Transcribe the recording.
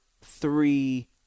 three